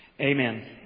Amen